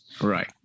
right